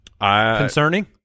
Concerning